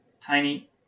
tiny